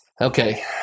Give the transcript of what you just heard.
Okay